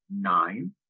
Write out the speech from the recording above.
nine